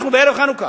אנחנו בערב חנוכה.